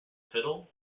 fiddle